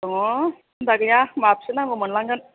दङ सिन्था गैया माबेसे नांगौ मोनलांगोन